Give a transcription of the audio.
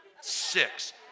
six